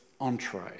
entree